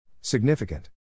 Significant